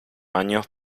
años